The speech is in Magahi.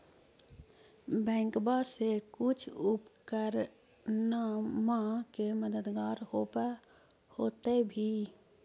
बैंकबा से कुछ उपकरणमा के मददगार होब होतै भी?